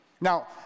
Now